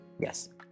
Yes